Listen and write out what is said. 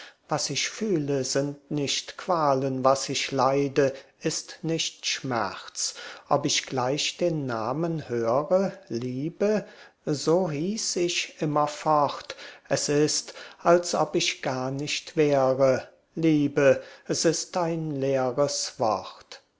was ich fühle sind nicht qualen was ich leide ist nicht schmerz ob ich gleich den namen höre liebe so hieß ich immerfort es ist als ob ich gar nicht wäre liebe s ist ein leeres wort